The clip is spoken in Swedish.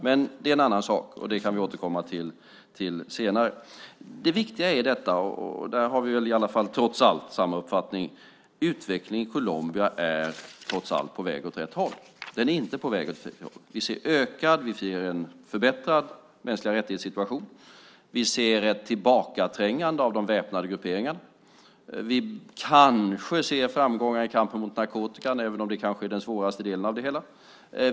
Men det är en annan sak, och det kan vi återkomma till senare. Det viktiga är, och där har vi i alla fall samma uppfattning, att utvecklingen i Colombia trots allt är på väg åt rätt håll. Den är inte på väg åt fel håll. Vi ser en förbättrad situation för mänskliga rättigheter. Vi ser ett tillbakaträngande av de väpnade grupperingarna. Vi kanske ser framgångar i kampen mot narkotika, även om det torde vara den svåraste delen av det hela.